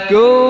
go